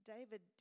David